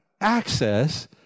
access